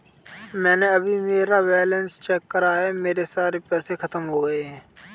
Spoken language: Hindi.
मैंने अभी मेरा बैलन्स चेक करा है, मेरे सारे पैसे खत्म हो गए हैं